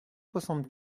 soixante